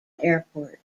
airport